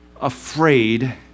afraid